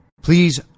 Please